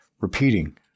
repeating